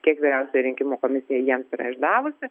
kiek vyriausioji rinkimų komisija jiems yra išdavusi